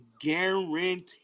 guarantee